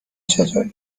چطوری